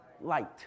light